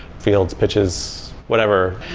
fields, pitches, whatever.